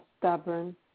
stubborn